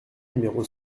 numéro